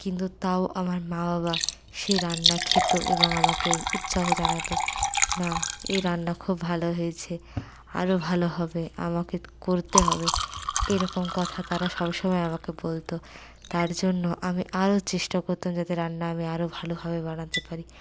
কিন্তু তাও আমার মা বাবা সেই রান্না খেত এবং আমাকে উৎসাহ জানাতো না এ রান্না খুব ভালো হয়েছে আরও ভালো হবে আমাকে করতে হবে এরকম কথা তারা সবসময় আমাকে বলতো তার জন্য আমি আরও চেষ্টা করতাম যাতে রান্না আমি আরও ভালো ভাবে বানাতে পারি